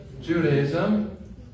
Judaism